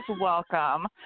welcome